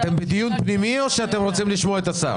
אתם בדיון פנימי או שאתם רוצים לשמוע את השר?